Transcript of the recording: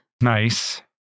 Nice